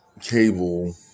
cable